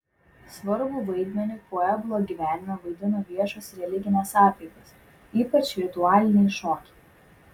svarbų vaidmenį pueblo gyvenime vaidino viešos religinės apeigos ypač ritualiniai šokiai